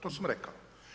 To sam rekao.